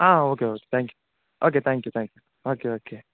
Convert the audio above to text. okay okay thank you okay thank you thank you okay okay